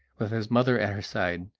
with his mother at her side,